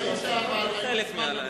חלק מהלילה,